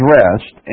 rest